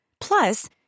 Plus